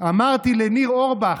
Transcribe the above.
אמרתי לניר אורבך,